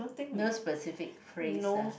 no specific phrase ah